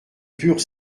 purs